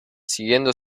siguiendo